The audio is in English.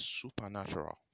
supernatural